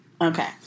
Okay